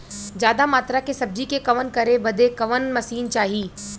ज्यादा मात्रा के सब्जी के वजन करे बदे कवन मशीन चाही?